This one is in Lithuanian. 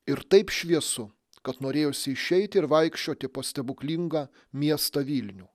ir taip šviesu kad norėjosi išeiti ir vaikščioti po stebuklingą miestą vilnių